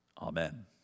amen